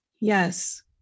Yes